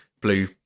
blue